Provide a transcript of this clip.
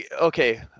Okay